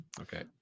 Okay